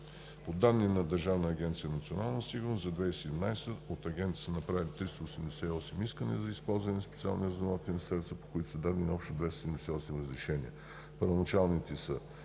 По данни на Държавната агенция „Национална сигурност“ за 2017 г. от Агенцията са направени 388 искания за използване на специални разузнавателни средства, по които са дадени общо 278 разрешения – първоначалните